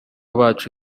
bacu